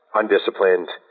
undisciplined